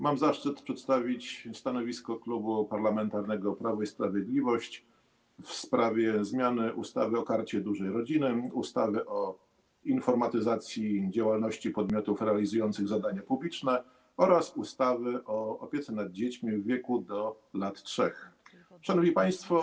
Mam zaszczyt przedstawić stanowisko Klubu Parlamentarnego Prawo i Sprawiedliwość w sprawie projektu ustawy o zmianie ustawy o Karcie Dużej Rodziny, ustawy o informatyzacji działalności podmiotów realizujących zadania publiczne oraz ustawy o opiece nad dziećmi w wieku do lat 3. Szanowni Państwo!